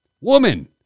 Woman